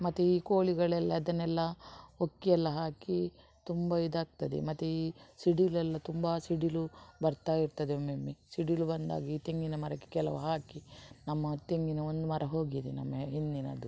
ಮತ್ತೆ ಈ ಕೋಳಿಗಳೆಲ್ಲ ಅದನೆಲ್ಲ ಹೊಕ್ಕಿ ಎಲ್ಲ ಹಾಕಿ ತುಂಬ ಇದಾಗ್ತದೆ ಮತ್ತೆ ಈ ಸಿಡಿಲು ಎಲ್ಲ ತುಂಬ ಸಿಡಿಲು ಬರ್ತಾಯಿರ್ತದೆ ಒಮ್ಮೊಮ್ಮೆ ಸಿಡಿಲು ಬಂದಾಗ ಈ ತೆಂಗಿನ ಮರಕ್ಕೆ ಕೆಲವು ಹಾಕಿ ನಮ್ಮ ತೆಂಗಿನ ಒಂದು ಮರ ಹೋಗಿದೆ ನಮ್ಮ ಹಿಂದಿನದ್ದು